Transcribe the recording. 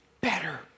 Better